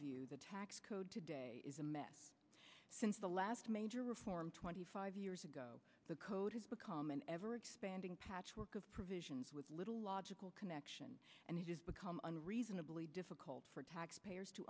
view the tax code today is a mess since the last major reform twenty five years ago the code has become an ever expanding patchwork of provisions with little logical connection and it has become unreasonably difficult for taxpayers to